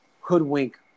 hoodwink